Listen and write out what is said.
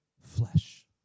flesh